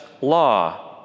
law